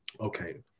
okay